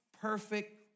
perfect